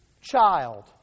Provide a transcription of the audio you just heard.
child